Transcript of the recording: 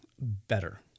better